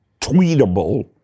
tweetable